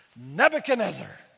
Nebuchadnezzar